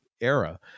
era